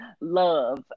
love